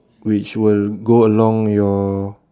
which will go along your